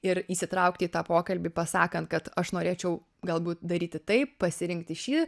ir įsitraukti į tą pokalbį pasakant kad aš norėčiau galbūt daryti taip pasirinkti šį